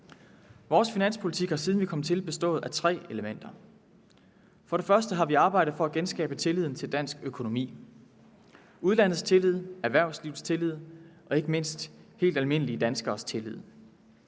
Vores finanspolitik har, siden vi kom til, bestået af tre elementer. For det første har vi arbejdet for at genskabe tilliden til dansk økonomi: udlandets tillid, erhvervslivets tillid og ikke mindst helt almindelige danskeres tillid.